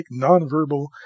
nonverbal